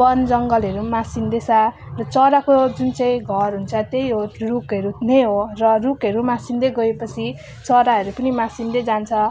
वन जङ्गलहरू पनि मासिँदैछ र चराको जुन चाहिँ घर हुन्छ त्यही हो रुखहरू नै हो र रुखहरू मासिँदै गएपछि चराहरू पनि मासिँदै जान्छ